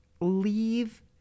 leave